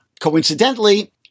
coincidentally